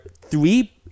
three